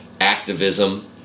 activism